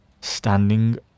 standing